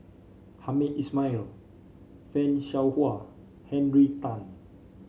Hamed Ismail Fan Shao Hua Henry Tan